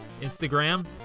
Instagram